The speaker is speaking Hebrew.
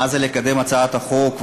מה זה לקדם הצעת חוק,